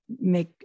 make